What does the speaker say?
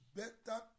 better